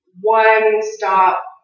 one-stop